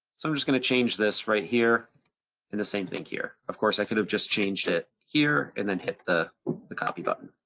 so i'm just gonna change this right here and the same thing here. of course i could have just changed it here and then hit the the copy button.